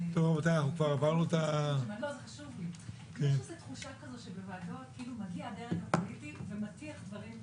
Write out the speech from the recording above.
יש תחושה שבוועדות מגיע הדרג הפוליטי ומטיח דברים,